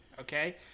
Okay